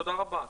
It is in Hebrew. תודה רבה.